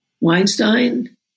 Weinstein